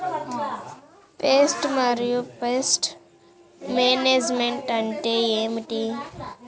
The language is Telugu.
పెస్ట్ మరియు పెస్ట్ మేనేజ్మెంట్ అంటే ఏమిటి?